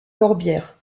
corbières